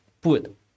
put